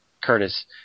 Curtis